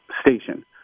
station